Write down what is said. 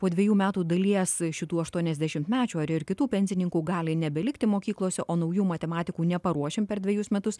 po dviejų metų dalies šitų aštuoniasdešimtmečių ar ir kitų pensininkų gali nebelikti mokyklose o naujų matematikų neparuošim per dvejus metus